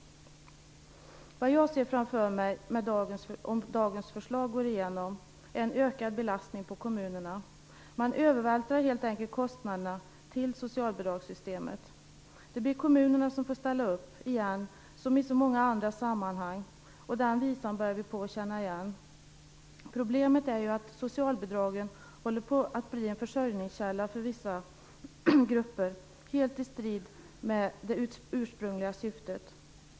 Det jag ser framför mig om dagens förslag går igenom är en ökad belastning på kommunerna. Man övervältrar helt enkelt kostnaderna till socialbidragssystemet. Det blir kommunerna som får ställa upp igen, som i så många andra sammanhang. Den visan börjar vi känna igen. Problemet är ju att socialbidragen håller på att bli en försörjningskälla för vissa grupper, helt i strid med det ursprungliga syftet.